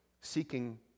seeking